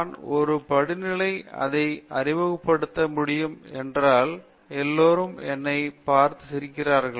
நான் ஒரு படிநிலைகளில் அதை அறிமுகப்படுத்த முடியும் என்றால் எல்லோரும் என்னை பார்த்து சிரிக்கிறார்கள்